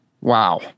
Wow